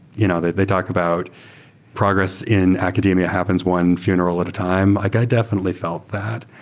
you know they they talk about progress in academia happens one funeral at a time. like i definitely felt that.